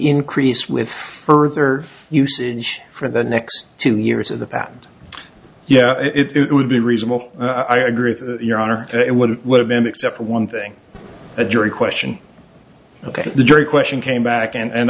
increase with further usage for the next two years of the patent yeah it would be reasonable i agree with your honor it would it would have been except for one thing a jury question ok the jury question came back and